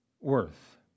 worth